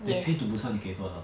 then train to busan 你给多少